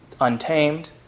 untamed